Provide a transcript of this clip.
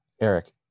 Eric